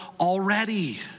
already